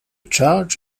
church